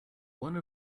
one